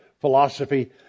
philosophy